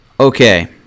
Okay